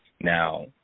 Now –